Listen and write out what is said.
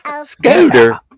Scooter